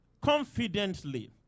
Confidently